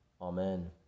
Amen